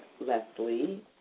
Leslie